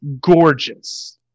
gorgeous